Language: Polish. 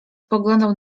spoglądał